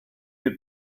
you